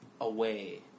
away